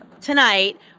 tonight